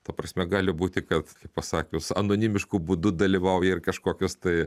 ta prasme gali būti kad pasakius anonimišku būdu dalyvauja ir kažkokios tai